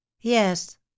yes